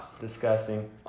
Disgusting